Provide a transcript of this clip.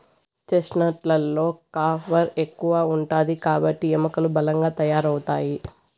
chestnut లలో copper ఎక్కువ ఉంటాది కాబట్టి ఎముకలు బలంగా తయారవుతాయి